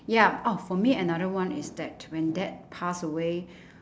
ya oh for me another one is that when dad passed away